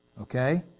Okay